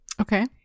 Okay